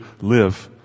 live